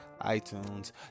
iTunes